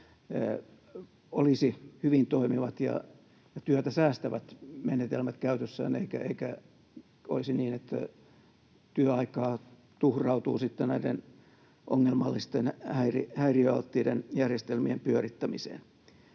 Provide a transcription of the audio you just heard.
olisi hyvin toimivat ja työtä säästävät menetelmät käytössään, eikä olisi niin, että työaikaa tuhrautuu näiden ongelmallisten, häiriöalttiiden järjestelmien pyörittämiseen.